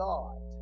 God